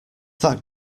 that